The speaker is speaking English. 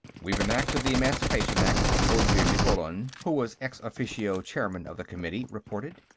we've enacted the emancipation act, olvir nikkolon, who was ex officio chairman of the committee, reported.